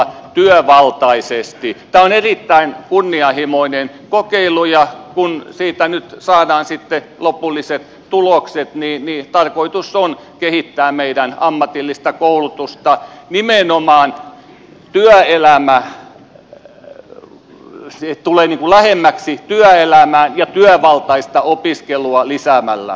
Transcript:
tämä on erittäin kunnianhimoinen kokeilu ja kun siitä nyt saadaan sitten lopulliset tulokset niin tarkoitus on kehittää meidän ammatillista koulutusta nimenomaan niin että se tulee lähemmäksi työelämää työvaltaista opiskelua lisäämällä